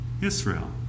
Israel